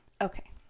Okay